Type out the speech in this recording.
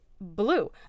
blue